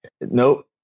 nope